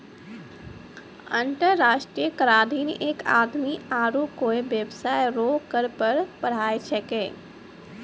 अंतर्राष्ट्रीय कराधीन एक आदमी आरू कोय बेबसाय रो कर पर पढ़ाय छैकै